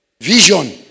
Vision